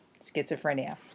schizophrenia